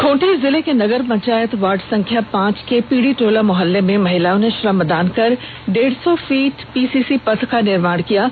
खूंटी जिले के नगर पंचायत वार्ड संख्या पांच के पीड़ी टोला मोहल्ले में महिलाओं ने श्रमदान कर डेढ़ सौ फीट पीसीसी पथ का निर्माण किया है